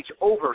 over